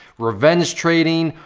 revenge trading,